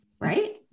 right